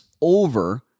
over